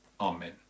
Amen